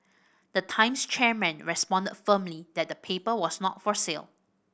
the Times chairman responded firmly that the paper was not for sale